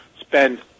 spend